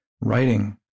writing